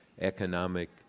economic